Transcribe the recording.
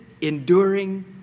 enduring